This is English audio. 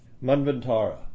Manvantara